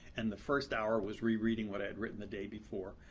and the first hour was rereading what i had written the day before.